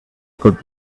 good